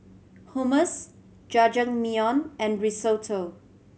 Hummus Jajangmyeon and Risotto